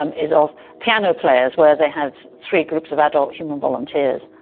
um is of piano players where they had three groups of adult human volunteers,